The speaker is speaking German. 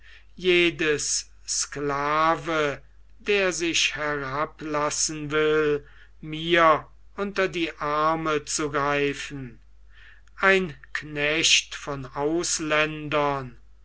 jedes sklave der sich herablassen will mir unter die arme zu greifen ein knecht von ausländern